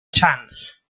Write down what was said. chance